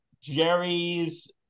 Jerry's